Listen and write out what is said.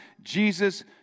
Jesus